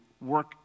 work